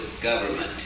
government